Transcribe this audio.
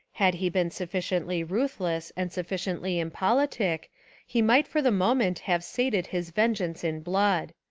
had he been sufficiently ruthless and sufficiently impolitic he might for the moment have sated his vengeance in blood.